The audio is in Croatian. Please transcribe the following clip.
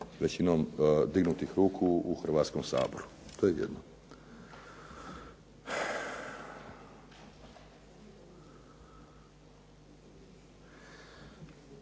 većinom dignutih ruku u Hrvatskom saboru. to je jedno. Kada se